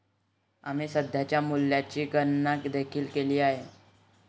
आम्ही सध्याच्या मूल्याची गणना देखील केली आहे